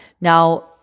Now